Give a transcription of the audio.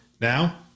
Now